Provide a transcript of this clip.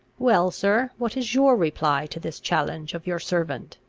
well, sir, what is your reply to this challenge of your servant?